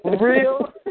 real